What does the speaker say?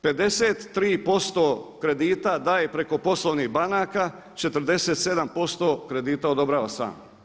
53% kredita daje preko poslovnih banaka, 47% kredita odobrava sam.